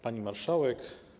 Pani Marszałek!